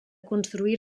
construir